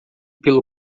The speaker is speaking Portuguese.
pelo